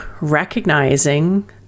recognizing